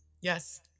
yes